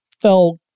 fell